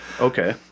Okay